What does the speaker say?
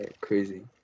Crazy